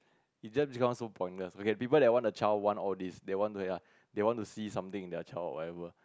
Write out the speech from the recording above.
it just becomes so pointless okay people that want a child want all these they want to ya they want to see something in their child or whatever